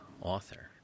author